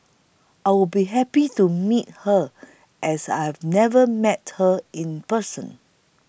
I'll be happy to meet her as I've never met her in person